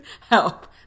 help